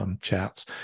chats